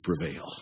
prevail